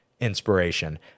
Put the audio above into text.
inspiration